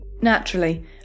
Naturally